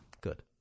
Good